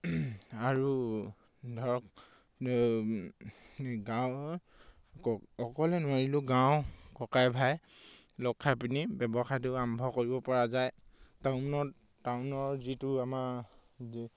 আৰু ধৰক গাঁৱৰ অকলে নোৱাৰিলেও গাঁও ককাই ভাই লগখাই পিনি ব্যৱসায়টো আৰম্ভ কৰিবপৰা যায় টাউনত টাউনৰ যিটো আমাৰ যি